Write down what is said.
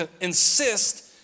insist